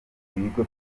ibigo